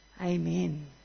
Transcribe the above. Amen